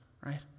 right